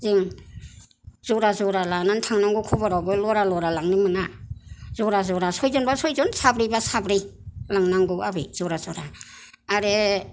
जों जरा जरा लानानै थांनांगौ खबरावबो लरा लरा लांनो मोना जरा जरा सयजन बा सयजन साब्रै बा साब्रै लांनांगौ आबै जरा जरा आरो